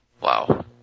Wow